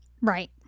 Right